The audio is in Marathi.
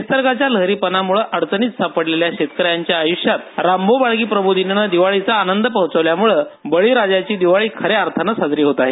निसर्गाच्या लहरीपणामुळे अडचणीत सापडलेल्या शेतकऱ्यांच्या आयूष्यात रामभाऊ म्हाळगी प्रबोधिनीने दिवाळीचा आनंद पोहोचवल्यामूळे बळीराजाची दिवाळी खऱ्या अर्थाने साजरी होत आहे